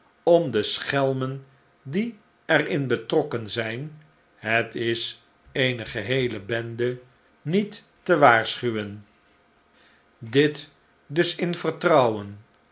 om de schelmen die er in betrokken zijn het is eene geheele bende niet te waarschuwen dit dus in vertrouwen